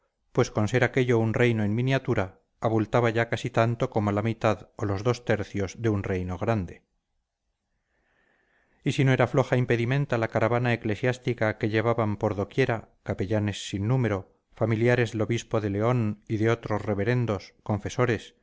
pues con ser aquello un reino en miniatura abultaba ya casi tanto como la mitad o los dos tercios de un reino grande y si no era floja impedimenta la caravana eclesiástica que llevaban por do quiera capellanes sinnúmero familiares del obispo de león y de otros reverendos confesores